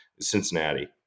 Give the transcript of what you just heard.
Cincinnati